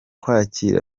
kwakira